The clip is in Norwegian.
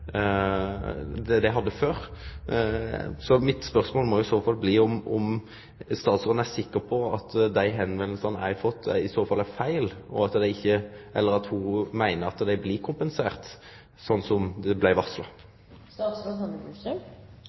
det, kan ikkje det kompensere for det tapet dei har. Mitt spørsmål blir: Er statsråden sikker på at dei breva eg har fått, i så fall er feil, og meiner ho at det blir kompensert for, slik det blei